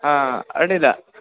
ಹಾಂ ಅಡ್ಡಿಲ್ಲ